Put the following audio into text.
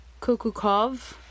Kukukov